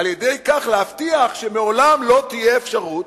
ועל-ידי כך להבטיח שלעולם לא תהיה אפשרות